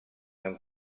amb